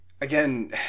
again